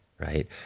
right